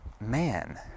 man